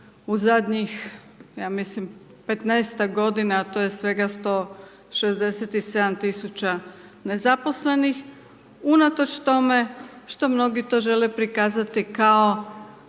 u zadnjih ja mislim, 15-ak godina, a to je svega 167 000 nezaposlenih unatoč tome što mnogi to žele prikazati kao